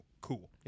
Cool